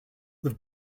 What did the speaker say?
with